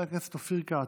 חבר הכנסת אופיר כץ,